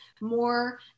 more